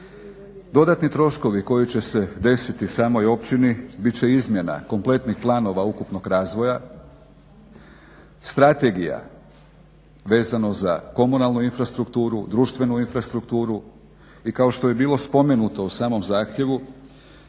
Dodatni troškovi koji će se desiti samoj općini bit će izmjena kompletnih planova ukupnog razvoja, strategija vezano za komunalnu infrastrukturu, društvenu infrastrukturu. I kao što je bilo spomenuto u samom zahtjevu